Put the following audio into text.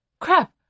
Crap